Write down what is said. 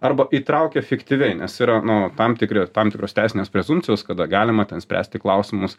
arba įtraukė fiktyviai nes yra nu tam tikri tam tikros teisinės prezumpcijos kada galima spręsti klausimus